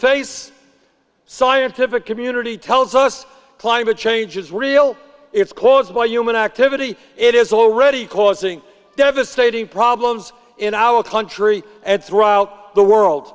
face scientific community tells us climate change is real it's caused by human activity it is already causing devastating problems in our country and throughout the world